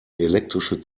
elektrische